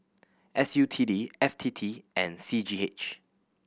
S U T D F T T and C G H